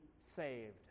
saved